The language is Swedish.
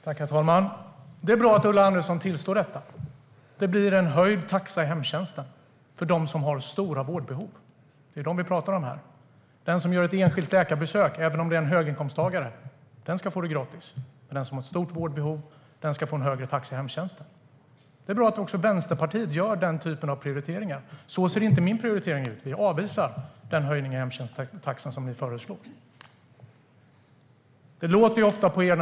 Herr talman! Det är bra att Ulla Andersson tillstår att det blir en höjd taxa i hemtjänsten för dem som har stora vårdbehov. Det är dem vi talar om. Den som gör ett enskilt läkarbesök, även om det är en höginkomsttagare, ska få det gratis, men den som har ett stort vårdbehov ska få högre taxa i hemtjänsten. Vänsterpartiet gör den typen av prioriteringar. Så ser inte våra prioriteringar ut. Vi avvisar den höjning av hemtjänsttaxan som ni, Ulla Andersson, föreslår.